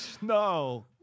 No